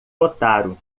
otaru